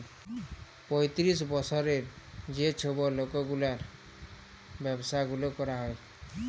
পঁয়তিরিশ বসরের যে ছব লকগুলার ব্যাবসা গুলা ক্যরা হ্যয়